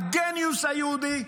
הגניוס היהודי?